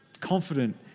confident